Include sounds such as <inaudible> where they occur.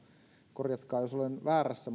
korjatkaa jos olen väärässä <unintelligible>